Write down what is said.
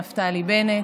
נפתלי בנט,